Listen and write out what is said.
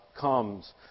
comes